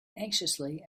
anxiously